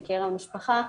בקרב המשפחה,